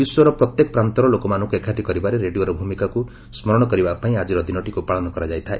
ବିଶ୍ୱର ପ୍ରତ୍ୟେକ ପ୍ରାନ୍ତର ଲୋକମାନଙ୍କୁ ଏକାଠି କରିବାରେ ରେଡିଓର ଭୂମିକାକୁ ସ୍ମରଣ କରିବା ପାଇଁ ଆଜିର ଦିନଟିକୁ ପାଳନ କରାଯାଇଥାଏ